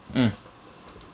mm